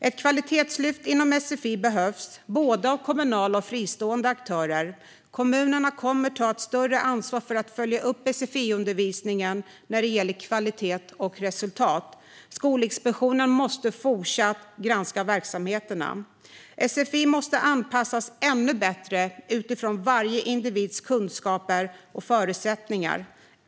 Ett kvalitetslyft behövs inom sfi, och det gäller både kommunala och fristående aktörer. Kommunerna kommer att ta ett större ansvar för att följa upp sfi-undervisningen när det gäller kvalitet och resultat. Skolinspektionen måste fortsätta att granska verksamheterna. Sfi måste anpassas ännu bättre utifrån varje individs kunskaper och förutsättningar.